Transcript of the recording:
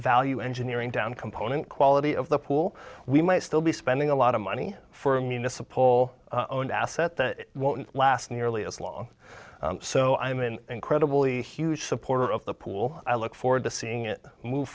value engineering down component quality of the pool we might still be spending a lot of money for a municipal owned asset that won't last nearly as long so i'm an incredibly huge supporter of the pool i look forward to seeing it move